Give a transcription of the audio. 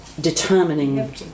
determining